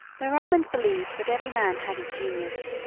the romans believed that every man had his genius,